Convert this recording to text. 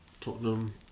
Tottenham